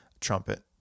trumpet